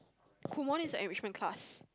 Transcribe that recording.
Kumon is an enrichment class